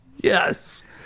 yes